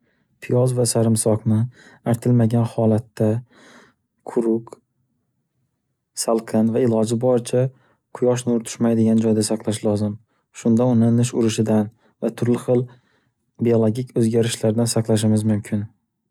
Piyoz va sarimsoqni artilmagan holatda, quruq, salqin va iloji boricha quyosh nur tushmaydigan joyda saqlash lozim, shunda uni nish urishidan va turli xil biologik oʻzgarishlardan saqlashimiz mumkin.